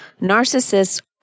narcissists